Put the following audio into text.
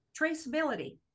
traceability